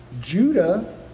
Judah